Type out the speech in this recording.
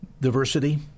diversity